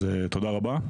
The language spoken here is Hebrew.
אז תודה רבה, בהצלחה לכולם.